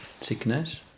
sickness